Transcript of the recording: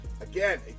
Again